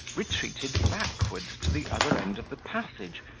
retreated backward to the other end of the passage,